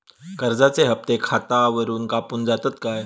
कर्जाचे हप्ते खातावरून कापून जातत काय?